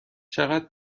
چقدر